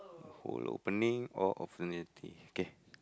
full opening or opportunity okay